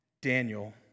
Daniel